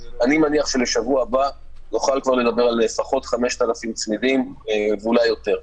אני מניח שלשבוע הבא נוכל כבר לדבר על לפחות 5,000 צמידים ואולי יותר,